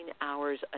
hours